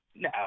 No